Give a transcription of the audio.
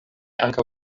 ankaŭ